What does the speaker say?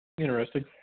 Interesting